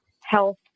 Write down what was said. health